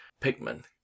Pikmin